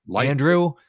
Andrew